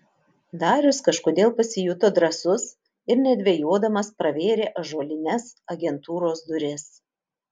darius kažkodėl pasijuto drąsus ir nedvejodamas pravėrė ąžuolines agentūros duris